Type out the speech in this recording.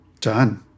done